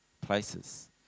places